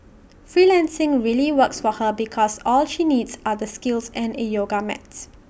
freelancing really works for her because all she needs are the skills and A yoga mats